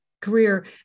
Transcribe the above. career